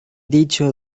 dicho